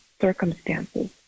circumstances